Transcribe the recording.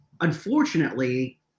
unfortunately